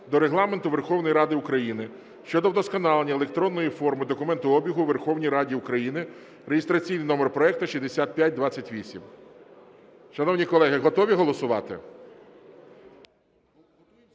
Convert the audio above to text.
до Регламенту Верховної Ради України" щодо вдосконалення електронної форми документообігу у Верховній Раді України (реєстраційний номер проекту 6528). Шановні колеги, готові голосувати?